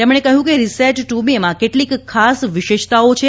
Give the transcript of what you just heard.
તેમણે કહ્યું કે રીસેટ ટુબીમાં કેટલીક ખાસ વિશેષતાઓ છે